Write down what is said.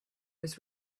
was